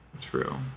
True